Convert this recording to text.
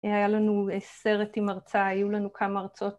היה לנו סרט עם הרצאה, היו לנו כמה הרצאות.